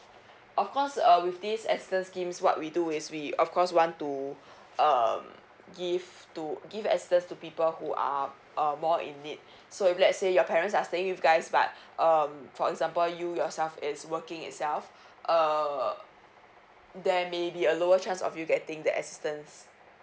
of course uh with this assistance schemes what we do is we of course want to uh give to give assistance to people who are uh more in need so if let's say your parents are staying with you guys but um for example you yourself is working itself uh there may be a lower chance of you getting the assistance